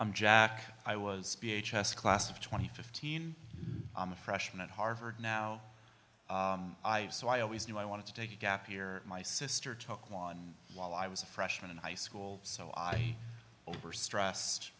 i'm jack i was class of twenty fifteen i'm a freshman at harvard now i've so i always knew i wanted to take a gap year my sister took one while i was a freshman in high school so i overstress